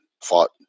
fought